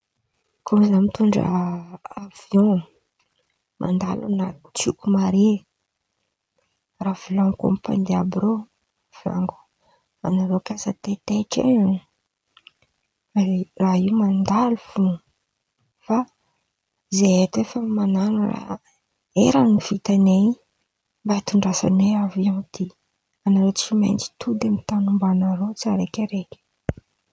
Kô Za mitôndra aviô, mandalo amina tsioko mare ra volan̈iko amy mpandeha àby irô, volan̈iko: anareo kaza taitra e raha io mandalo fo fa zahay eto efa man̈ano raha heran̈y vitan̈ay mba itondrasan̈ay aviô ty, anarô tsy maintsy tody tan̈y omban̈areo tsiraikaraiky.